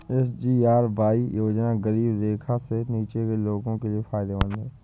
SGRY योजना गरीबी रेखा से नीचे के लोगों के लिए फायदेमंद है